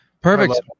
Perfect